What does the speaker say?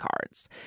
cards